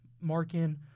Markin